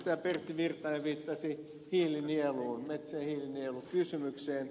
pertti virtanen viittasi metsä ja hiilinielukysymykseen